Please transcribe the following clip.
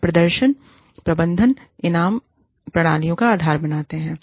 वे प्रदर्शन प्रबंधन इनाम प्रणालियों का आधार बनाते हैं